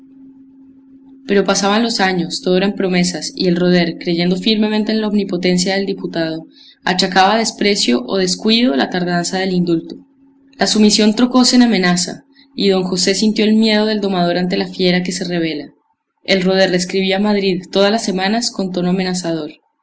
pero pasaban los años todo eran promesas y el roder creyendo firmemente en la omnipotencia del diputado achacaba a desprecio o descuido la tardanza del indulto la sumisión trocose en amenaza y don josé sintió el miedo del domador ante la fiera que se rebela el roder le escribía a madrid todas las semanas con tono amenazador